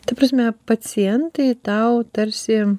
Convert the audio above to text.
ta prasme pacientai tau tarsi